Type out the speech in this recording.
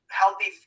healthy